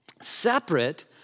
separate